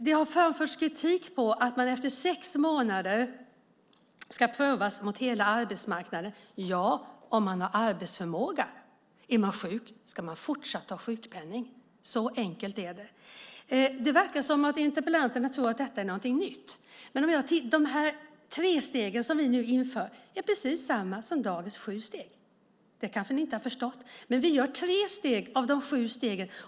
Det har framförts kritik över att det efter sex månader ska ske en prövning mot hela arbetsmarknaden. Ja, om det finns arbetsförmåga. Är man sjuk ska man fortsatt ha sjukpenning. Så enkelt är det. Det verkar som att interpellanterna tror att detta är något nytt. De tre stegen som vi nu inför är precis samma som dagens sju steg. Det kanske ni inte har förstått. Vi gör tre steg av de sju stegen.